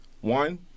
One